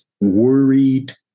Worried